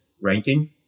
ranking